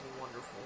wonderful